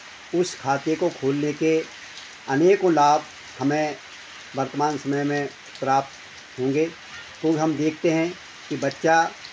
उस खाते को खोलने के अनेको लाभ हमे वर्तमान समय में प्राप्त होंगे हम देखते हैं कि बच्चा